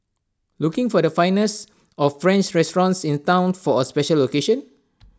looking for the finest of French restaurants in Town for A special occasion